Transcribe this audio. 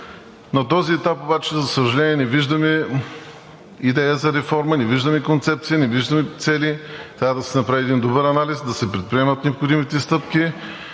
На този етап обаче, за съжаление, не виждаме идея за реформа, не виждаме концепция, не виждаме цели! Трябва да се направи един добър анализ и да се предприемат необходимите стъпки.